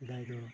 ᱥᱮᱫᱟᱭ ᱫᱚ